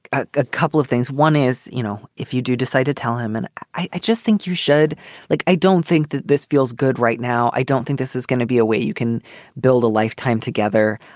a couple of things. one is, you know, if you do decide to tell him and i just think you should like i don't think that this feels good right now. i don't think this is gonna be a way you can build a lifetime together.